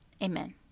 Amen